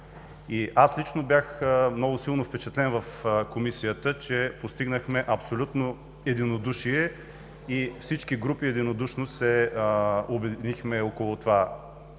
Аз лично бях много силно впечатлен в Комисията, че постигнахме абсолютно единодушие и всички парламентарни групи се обединихме около това